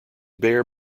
bear